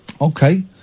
Okay